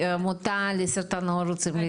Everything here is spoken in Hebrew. העמותה לסרטן העור רוצים להתייחס.